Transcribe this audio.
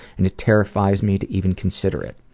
and it terrifies me to even consider it.